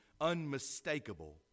unmistakable